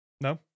No